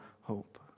hope